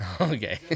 Okay